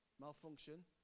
malfunction